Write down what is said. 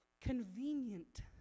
convenient